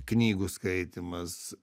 knygų skaitymas